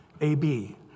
A-B